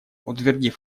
утвердив